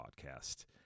Podcast